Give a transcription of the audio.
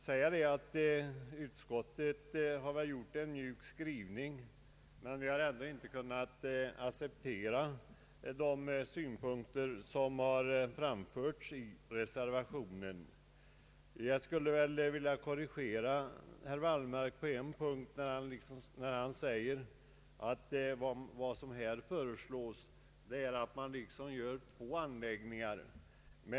Herr talman! Utskottet har gjort en mjuk skrivning, men vi har ändå inte kunnat acceptera de synpunkter som framförts i reservationen. Jag skulle vilja korrigera herr Wallmark på en punkt, nämligen beträffande hans uttalande att det som här föreslås är att man skall göra två anläggningar.